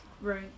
Right